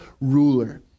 ruler